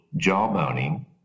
jawboning